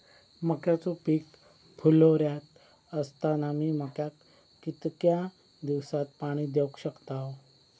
मक्याचो पीक फुलोऱ्यात असताना मी मक्याक कितक्या दिवसात पाणी देऊक शकताव?